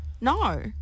No